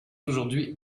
aujourd’hui